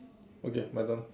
okay my bum